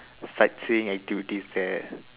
sightseeing activities there